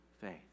faith